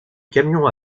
camion